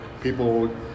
People